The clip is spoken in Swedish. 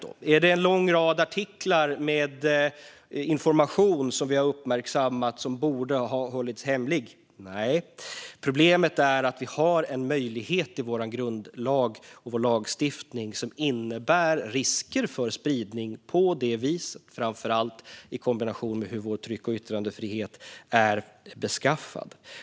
Har vi uppmärksammat en lång rad artiklar med information som borde ha hållits hemlig? Nej. Problemet är att vi har en möjlighet i vår grundlag och vår lagstiftning som innebär risker för spridning på det viset, framför allt i kombination med hur vår tryck och yttrandefrihet är beskaffad.